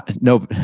no